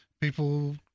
people